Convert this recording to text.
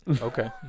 okay